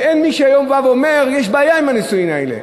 ואין מי שהיום בא ואומר: יש בעיה עם הנישואין האלה,